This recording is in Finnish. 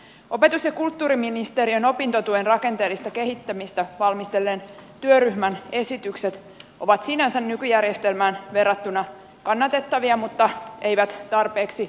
opetus ja kulttuuriministeriön opintotuen rakenteellista kehittämistä valmistelleen työryhmän esitykset ovat sinänsä nykyjärjestelmään verrattuna kannatettavia mutta eivät tarpeeksi uudistusmielisiä